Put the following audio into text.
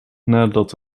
nadat